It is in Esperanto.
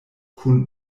kun